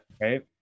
Right